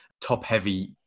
top-heavy